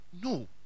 no